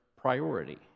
priority